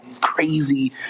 crazy